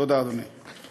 תודה, אדוני.